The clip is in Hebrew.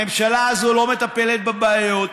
הממשלה הזו לא מטפלת בבעיות,